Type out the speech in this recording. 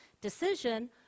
decision